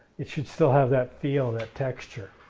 it should still have that feel, that texture.